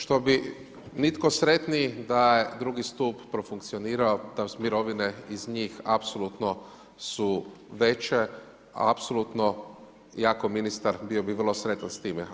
Što bi nitko sretniji da je drugi stup profunkcionirao, da su mirovine iz njih apsolutno su veće i apsolutno, ja ko ministar bio bi vrlo sretan s time.